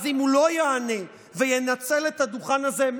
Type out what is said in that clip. אם הוא לא יענה וינצל את הדוכן הזה,